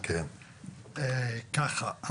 ככה,